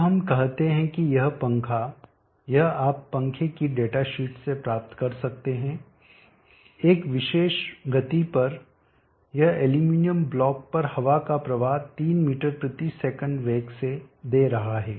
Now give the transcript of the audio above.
अब हम कहते हैं कि यह पंखा यह आप पंखे की डेटा शीट से प्राप्त कर सकते हैं एक विशेष गति पर यह एल्यूमीनियम ब्लॉक पर हवा का प्रवाह 3 मीटर सेकंड वेग से दे रहा है